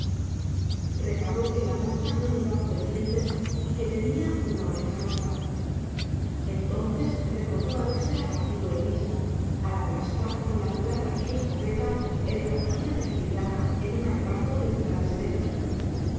reparó que la moza no llevaba pendientes y que tenía una oreja rota entonces recordó habérsela partido él mismo al aplastar con la culata de su escopeta el zarcillo de filigrana en un arrebato de brutales celos